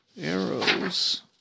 Arrows